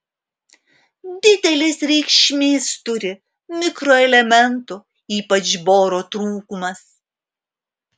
didelės reikšmės turi mikroelementų ypač boro trūkumas